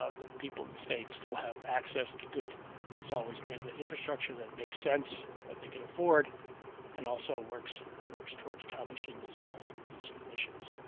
ah the people in the state still have access to good so always management infrastructure that makes sense that they can afford and also works works towards accomplishing these goals and reducing emissions.